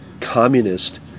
communist